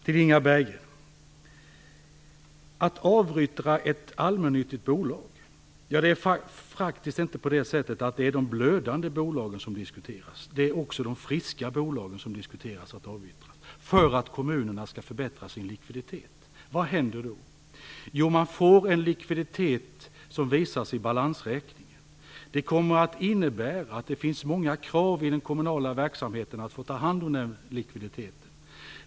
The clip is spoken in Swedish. Till Inga Berggren vill jag säga följande, angående att avyttra ett allmännyttigt bolag: Det är faktiskt inte bara de blödande bolagen som diskuteras, utan man diskuterar också att avyttra de friska bolagen för att kommunerna skall förbättra sin likviditet. Vad händer då? Jo, man får en likviditet som visas i balansräkningen. Det innebär att det kommer att finnas många krav bland de kommunala verksamheterna på att få ta hand om denna likviditet.